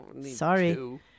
Sorry